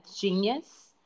genius